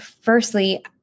firstly